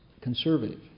conservative